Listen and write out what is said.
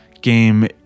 game